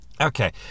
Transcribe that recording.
Okay